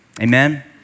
Amen